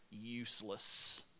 useless